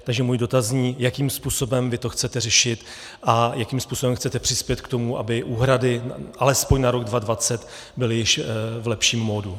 Takže můj dotaz zní, jakým způsobem to chcete řešit a jakým způsobem chcete přispět k tomu, aby úhrady alespoň na rok 2020 byly již v lepším modu.